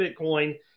Bitcoin